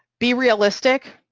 be realistic,